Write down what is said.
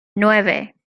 nueve